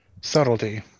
Subtlety